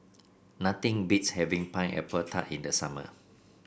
nothing beats having Pineapple Tart in the summer